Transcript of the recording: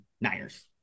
niners